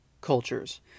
cultures